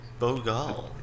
Bogal